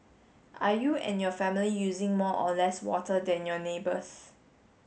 are you and your family using more or less water than your neighbours